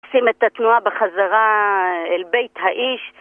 שים את התנועה בחזרה אל בית האיש.